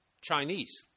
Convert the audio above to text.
Chinese